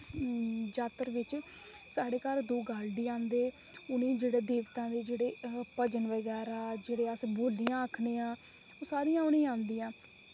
जात्तर बिच साढ़े घर दो गार्डी आंदे उनेंई जेह्ड़े देवता दे जेह्ड़े भजन बगैरा जेह्ड़े अस बोलियां आखने आं ओह् सारियां उ'नें ईआंदियां